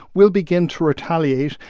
will begin to retaliate.